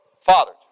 fathered